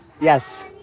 Yes